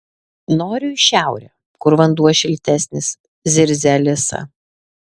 noriu į šiaurę kur vanduo šiltesnis zirzia alisa